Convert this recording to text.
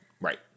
Right